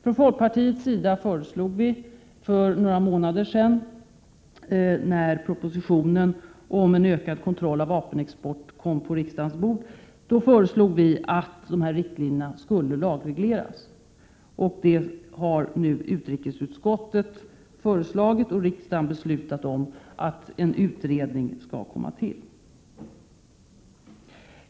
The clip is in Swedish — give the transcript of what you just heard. Från folkpartiets sida föreslog vi för några månader sedan, när propositionen om en ökad kontroll av vapenexport lades på riksdagens bord, att dessa riktlinjer skulle lagregleras. Utrikesutskottet har nu föreslagit detta, och riksdagen har fattat beslut om att en utredning skall tillsättas.